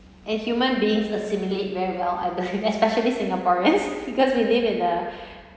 and human beings assimilate very well I belie~ especially singaporeans because we live in a